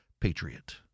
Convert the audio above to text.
patriot